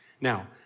Now